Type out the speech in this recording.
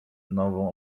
nową